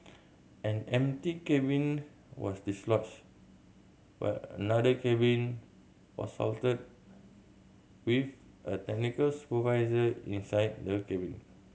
an empty cabin was dislodged while another cabin was halted with a technical supervisor inside the cabin